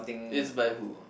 it's by who